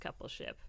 coupleship